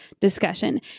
discussion